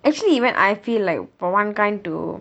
actually even I feel like for one kind to